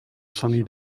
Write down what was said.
sunny